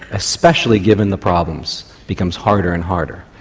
especially given the problems, becomes harder and harder.